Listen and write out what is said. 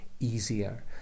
easier